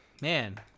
man